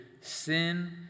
sin